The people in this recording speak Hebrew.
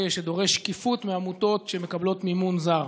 שדורש שקיפות מעמותות שמקבלות מימון זר.